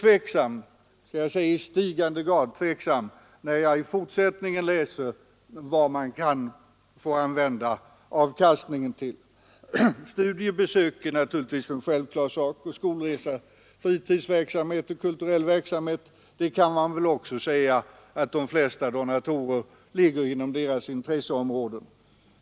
Men jag blir i stigande grad tveksam när jag i fortsättningen läser vad man kan få använda avkastningen till. Studiebesök är naturligtvis en självklar sak. Skolresa, fritidsverksamhet och kulturell verksamhet kan man väl också säga ligger inom de flesta donatorers intresseområde.